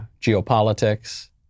geopolitics